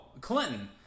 Clinton